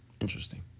Interesting